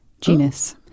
genus